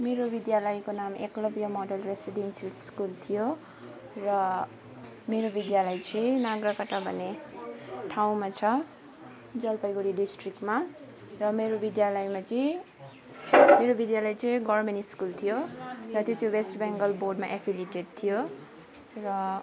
मेरो विद्यालयको नाम एकलव्य मोडल रेसिडेन्सिएल स्कुल थियो र मेरो विद्यालय चाहिँ नाग्राकाटा भन्ने ठाउँमा छ जलपाइगुडी डिस्ट्रिक्टमा र मेरो विद्यालयमा चाहिँ मेरो विद्यालय चाहिँ गभर्मेन्ट स्कुल थियो र त्यो चाहिँ वेस्ट बेङ्गल बोर्डमा एफिलिएटेड थियो र